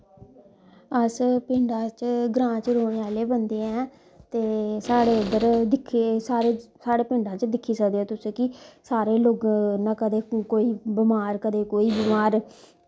अस पिंडा च ग्रांऽ च रौह्ने आह्ले बंदे ऐ ते साढ़े इध्दर दिक्खे साढ़े पिंडा च दिक्खी सकदे ओ तुस कि सारे लोक इयां क'दें कोई बमार कदें कोई बमार